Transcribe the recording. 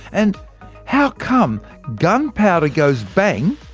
and how come gunpowder goes bang,